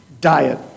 diet